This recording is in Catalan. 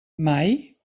mai